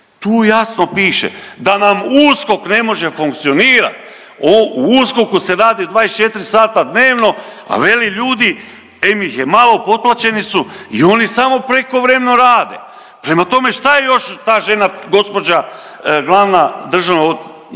tu jasno piše da nam USKOK ne može funkcionirati! U USKOK-u se radi 24 sata dnevno, a veli ljudi, em ih je malo, potplaćeni su i oni samo prekovremeno rade. Prema tome, šta je još ta žena, gospođa, glavna državna